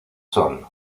son